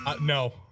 No